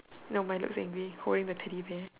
no mine looks angry holding the teddy bear